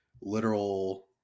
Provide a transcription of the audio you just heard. literal